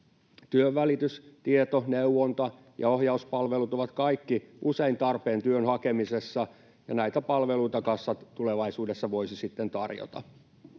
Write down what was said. Työnvälitys-, tieto-, neuvonta- ja ohjauspalvelut ovat kaikki usein tarpeen työn hakemisessa, ja näitä palveluita kassat tulevaisuudessa voisivat sitten tarjota.